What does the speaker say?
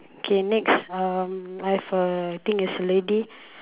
K next um I have a think it's a lady